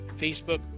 facebook